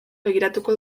begiratuko